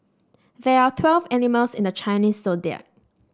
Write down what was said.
there are twelve animals in the Chinese Zodiac